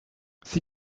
sie